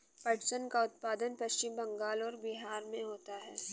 पटसन का उत्पादन पश्चिम बंगाल और बिहार में होता है